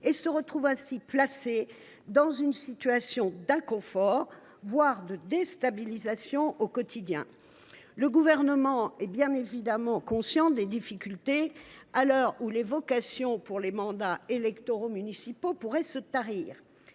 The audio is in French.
et se retrouvent ainsi placés dans une situation d’inconfort, voire de déstabilisation au quotidien. Le Gouvernement est bien évidemment conscient de ces difficultés, à l’heure où les vocations pour les mandats électoraux municipaux pourraient se tarir.